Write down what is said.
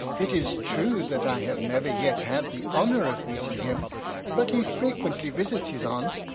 it is true that i have never yet had the honour of meeting him but he frequently visits his aunt,